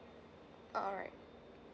alright